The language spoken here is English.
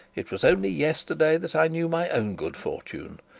it was only yesterday that i knew my own good fortune,